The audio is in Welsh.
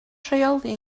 rheoli